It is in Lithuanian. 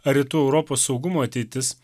ar rytų europos saugumo ateitis